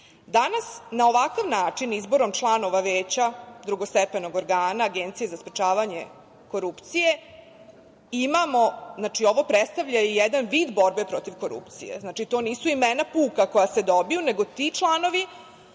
na ovakav način, izborom članova Veća drugostepenog organa Agencije za sprečavanje korupcije, imamo, znači, ovo predstavlja i jedan vid borbe protiv korupcije, to nisu puka imena koja se dobiju, nego ti članovi